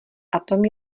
atom